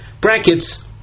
brackets